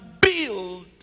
build